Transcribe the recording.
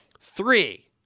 Three